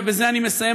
ובזה אני מסיים,